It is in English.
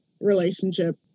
relationship